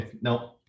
no